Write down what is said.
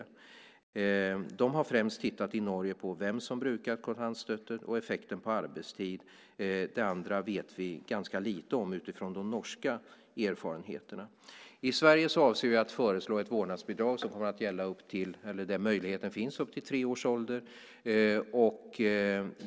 I Norge har de främst tittat på vem som brukar kontantstøtte och effekten på arbetstid. Det andra vet vi ganska lite om utifrån de norska erfarenheterna. I Sverige avser vi att föreslå ett vårdnadsbidrag, och den möjligheten finns upp tills barnet är i treårsåldern.